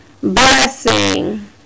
blessing